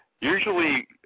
usually –